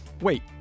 Wait